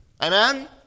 Amen